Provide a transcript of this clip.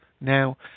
now